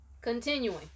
Continuing